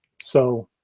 so,